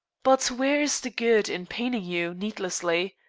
but where is the good in paining you needlessly?